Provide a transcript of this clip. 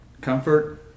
comfort